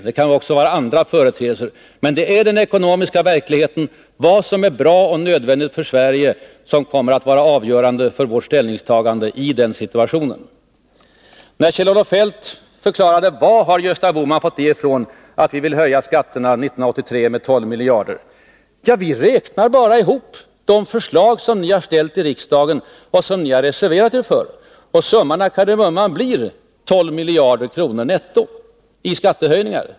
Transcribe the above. Andra omständigheter kan också spela in. Men det är den ekonomiska verkligheten — vad som är bra och nödvändigt för Sverige — som kommer att vara avgörande för vårt ställningstagande i den situationen. Kjell-Olof Feldt frågade: Var har Gösta Bohman fått det ifrån att vi vill höja skatterna 1983 med 12 miljarder? Vi räknar bara ihop de förslag som ni har ställt i riksdagen och som ni har reserverat er för, och summan av kardemumman blir 12 miljarder kronor netto i skattehöjningar.